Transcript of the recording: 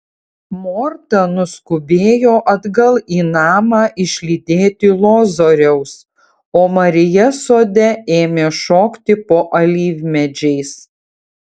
morta nuskubėjo atgal į namą išlydėti lozoriaus o marija sode ėmė šokti po alyvmedžiais